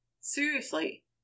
Seriously